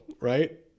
right